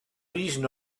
reason